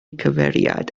gyfeiriad